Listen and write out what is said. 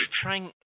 trying